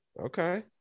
okay